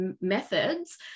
methods